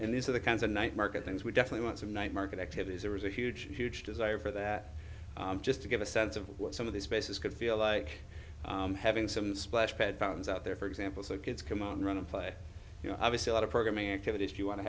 and these are the kinds of night market things we definitely want to know market activities there was a huge huge desire for that just to get a sense of what some of these places could feel like having some splash headphones out there for example so kids come out and run and play you know obviously a lot of programming activity if you want to